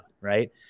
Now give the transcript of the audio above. right